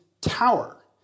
tower